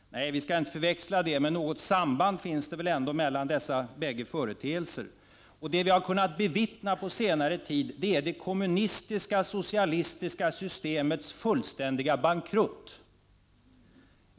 Nej, vi skall inte förväxla dem, men något samband finns det väl ändå mellan dessa bägge företeelser. Vad vi har kunnat bevittna på senare tid är det kommunistiska, socialistiska systemets fullständiga bankrutt.